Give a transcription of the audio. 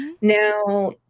Now